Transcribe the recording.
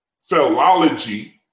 philology